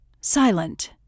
silent